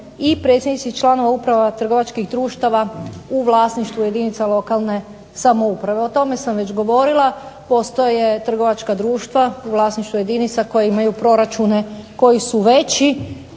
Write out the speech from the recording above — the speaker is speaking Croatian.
i predsjednici i članovi uprava trgovačkih društava u vlasništvu jedinica lokalne samouprave. O tome sam već govorila, postoje trgovačka društva u vlasništvu jedinica koje imaju proračune koji su veći,